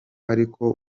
ariko